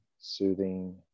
soothing